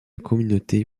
communauté